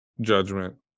judgment